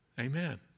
Amen